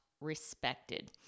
respected